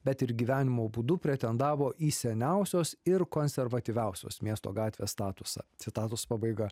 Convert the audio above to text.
bet ir gyvenimo būdu pretendavo į seniausios ir konservatyviausios miesto gatvės statusą citatos pabaiga